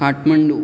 Kathmandu